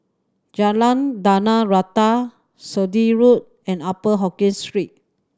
Jalan Tanah Rata Sturdee Road and Upper Hokkien Street